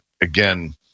again